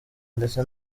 ndetse